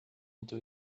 into